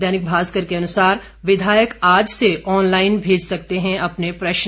दैनिक भास्कर के अनुसार विधायक आज से ऑलाइन भेज सकते हैं अपने प्रश्न